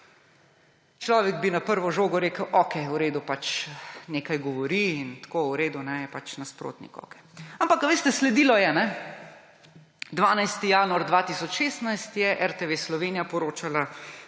Človek bi na prvo žogo rekel okej, v redu, pač nekaj govori, je nasprotnik, okej. Ampak veste, sledilo je; 12. januar 2016 je RTV Slovenija poročala